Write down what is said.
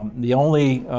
um the only